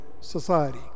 society